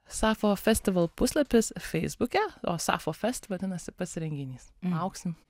sapfo festival puslapis feisbuke sapfo fest vadinasi pats renginys lauksim